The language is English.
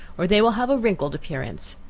or they will have a wrinkled appearance.